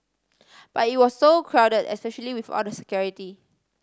but it was so crowded especially with all the security